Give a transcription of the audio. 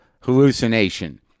hallucination